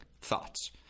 Thoughts